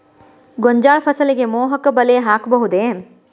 ಗೋಂಜಾಳ ಫಸಲಿಗೆ ಮೋಹಕ ಬಲೆ ಹಾಕಬಹುದೇ?